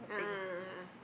a'ah a'ah ah